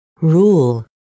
Rule